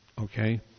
okay